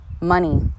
money